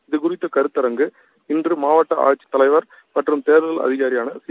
இதுகுறித்தகருத்தரங்கு இன்றுமாவட்டஆட்சித் தலைவர் மற்றும் தேர்தல் அதிகாரியுமானதிரு